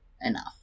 enough